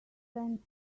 sent